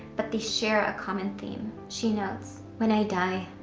but they share a common theme. she notes, when i die,